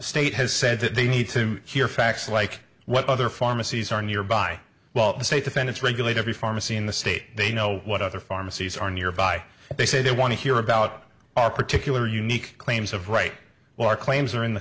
state has said that they need to hear facts like what other pharmacies are nearby while the state defendants regulate every pharmacy in the state they know what other pharmacies are nearby and they say they want to hear about our particular unique claims of write well our claims are in the